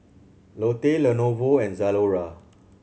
Lotte Lenovo and Zalora